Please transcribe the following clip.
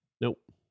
Nope